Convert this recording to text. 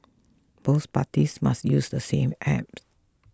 both parties must use the same app